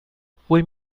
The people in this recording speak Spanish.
fue